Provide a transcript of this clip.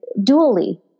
dually